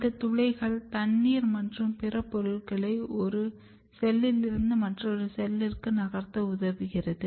இந்த துளைகள் தண்ணீர் மற்றும் பிற பொருள்களை ஒரு செல்லில் இருந்து மற்றொரு செல்லிற்கு நகர்த்த உதவுகிறது